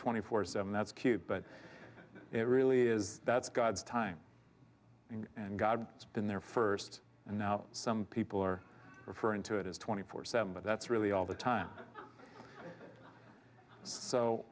twenty four seven that's cute but it really is that's god's time and god it's been there first and now some people are referring to it as twenty four seven but that's really all the time so